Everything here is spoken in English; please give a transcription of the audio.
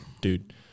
Dude